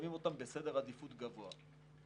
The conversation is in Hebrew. שמים אותם בסדר עדיפות גבוה.